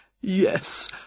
Yes